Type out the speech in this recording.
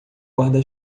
guarda